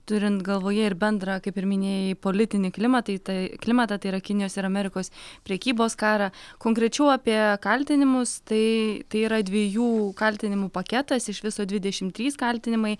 turint galvoje ir bendrą kaip ir minėjai politinį klimatai tai klimatą tai yra kinijos ir amerikos prekybos karą konkrečiau apie kaltinimus tai tai yra dviejų kaltinimų paketas iš viso dvidešim trys kaltinimai